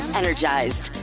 energized